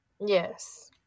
Yes